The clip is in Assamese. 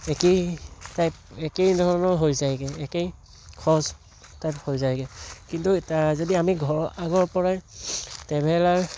একেই টাইপ একেই ধৰণৰ হৈ যায়গৈ একেই খৰচ টাইপ হৈ যায়গৈ কিন্তু তাৰ যদি আমি ঘৰৰ আগৰপৰাই ট্ৰেভেলাৰ